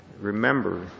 remember